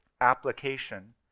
application